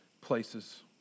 places